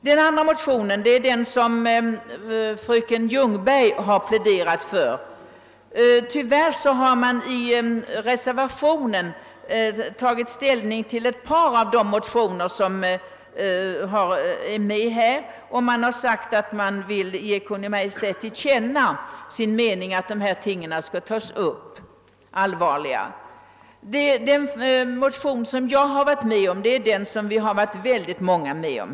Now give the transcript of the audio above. Den andra motionen är den som fröken Ljungberg pläderat för. Tyvärr har utskottsmajoriteten tagit ställning bara till ett par av de andra motionerna i detta sammanhang och uttalat att beträffande dessa Kungl. Maj:t bör ta upp dem till en allvarligare prövning. Den motion som jag står bakom har synnerligen många varit med om.